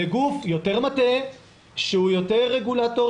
לגוף שהוא יותר רגולטור,